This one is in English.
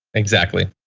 exactly.